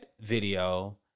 video